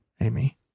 Amy